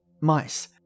Mice